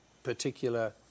particular